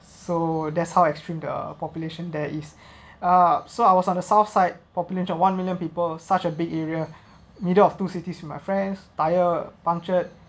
so that's how extreme the population there is uh so I was on the south side population of one million people such a big area middle of two cities with my friends tyre punctured